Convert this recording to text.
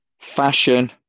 fashion